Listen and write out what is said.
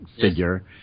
figure